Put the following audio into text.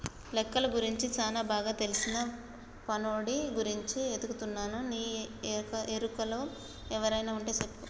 లెక్కలు గురించి సానా బాగా తెల్సిన పనోడి గురించి ఎతుకుతున్నా నీ ఎరుకలో ఎవరైనా వుంటే సెప్పు